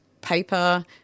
paper